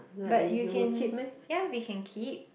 but you can yeah we can keep